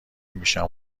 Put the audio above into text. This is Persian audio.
میشم